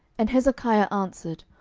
and hezekiah answered,